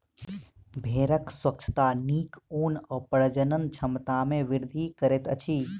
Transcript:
भेड़क स्वच्छता नीक ऊन आ प्रजनन क्षमता में वृद्धि करैत अछि